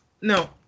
No